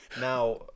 Now